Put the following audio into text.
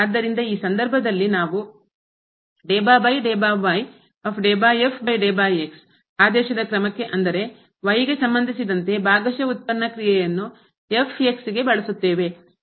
ಆದ್ದರಿಂದ ಈ ಸಂದರ್ಭದಲ್ಲಿ ನಾವು ಆದೇಶದ ಕ್ರಮಕ್ಕೆ ಅಂದರೆ y ಗೆ ಸಂಬಂಧಿಸಿದಂತೆ ಭಾಗಶಃ ಉತ್ಪನ್ನ ಕ್ರಿಯೆಯನ್ನು ಗೆ ಬಳಸುತ್ತೇವೆ